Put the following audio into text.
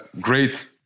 great